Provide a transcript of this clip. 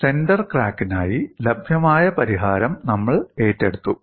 centre ക്രാക്കിനായി ലഭ്യമായ പരിഹാരം നമ്മൾ ഏറ്റെടുത്തു